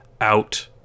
out